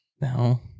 No